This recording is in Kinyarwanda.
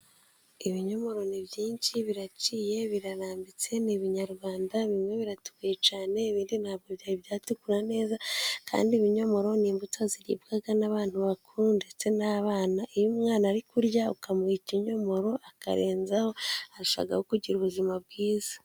Ibinyomoro ni byinshi biraciye, birarambitse, ni ibinyarwanda, bimwe biratukuye cane, ibindi ntabwo byari byatukura neza, kandi ibinyomoro ni imbuto ziribwaga n'abantu bakuru ndetse n'abana, iyo umwana ari kurya ukamuha ikinyomoro akarenzaho, arushagaho kugira ubuzima bwiza.